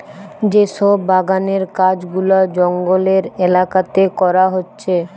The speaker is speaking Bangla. যে সব বাগানের কাজ গুলা জঙ্গলের এলাকাতে করা হচ্ছে